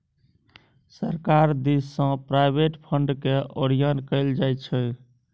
सरकार दिससँ प्रोविडेंट फंडकेँ ओरियान कएल जाइत छै